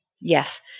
yes